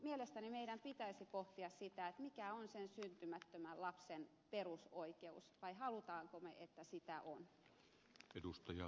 mielestäni meidän pitäisi pohtia sitä mikä on sen syntymättömän lapsen perusoikeus tai haluammeko me että sitä on